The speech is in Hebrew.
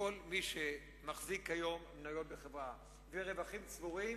שכל מי שמחזיק היום מניות בחברה ורווחים צבורים